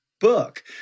book